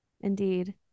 Indeed